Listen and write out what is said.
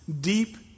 deep